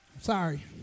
Sorry